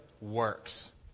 works